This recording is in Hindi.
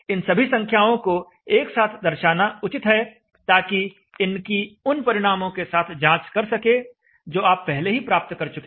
इन सभी संख्याओं को एक साथ दर्शाना उचित है ताकि इनकी उन परिणामों के साथ जांच कर सकें जो आप पहले ही प्राप्त कर चुके हैं